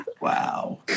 Wow